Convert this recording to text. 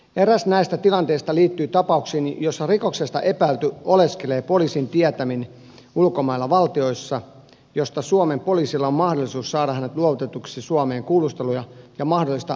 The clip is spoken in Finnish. eräs näistä tilanteista liittyy tapaukseen jossa rikoksesta epäilty oleskelee poliisin tietämin tavoin ulkomailla valtioissa joista suomen poliisilla on mahdollisuus saada hänet luovutetuksi suomeen kuulusteluja ja mahdollista oikeudenkäyntiä varten